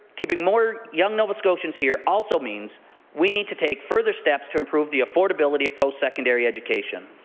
keeping more young nova scotians here also means we need to take further steps to improve the affordable of post-secondary education.